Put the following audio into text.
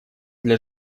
для